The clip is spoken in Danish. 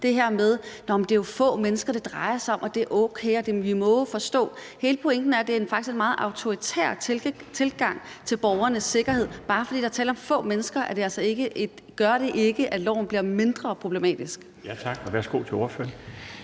det her med, at det jo er få mennesker, det drejer sig om, at det er okay, og at vi jo må forstå osv. Hele pointen er, at det faktisk er en meget autoritær tilgang til borgernes sikkerhed. Bare fordi der er tale om få mennesker, betyder det ikke, at loven bliver mindre problematisk. Kl. 20:58 Den fg.